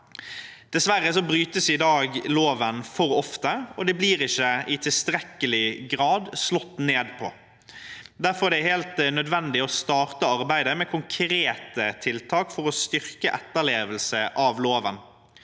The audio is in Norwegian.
Dessverre brytes loven for ofte i dag, og det blir ikke i tilstrekkelig grad slått ned på. Derfor er det helt nødvendig å starte arbeidet med konkrete tiltak for å styrke etterlevelse av loven.